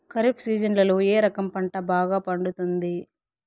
ఖరీఫ్ సీజన్లలో ఏ రకం పంట బాగా పండుతుంది